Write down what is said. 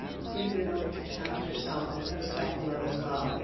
see if you're willing to challenge yourself and post that below as well.